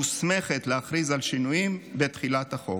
מוסמכת להכריז על שינויים בתחולת החוק.